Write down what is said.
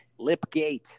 lipgate